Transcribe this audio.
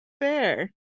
Fair